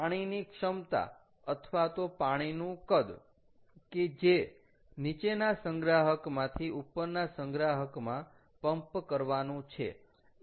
પાણીની ક્ષમતા અથવા તો પાણીનું કદ કે જે નીચેના સંગ્રાહકમાંથી ઉપરના સંગ્રાહકમાં પંપ કરવાનું છે